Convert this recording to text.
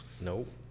Nope